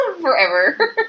forever